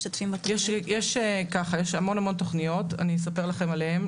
יש המון המון תכניות, אני אספר לכם עליהן.